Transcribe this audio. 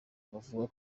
bavuga